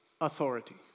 authority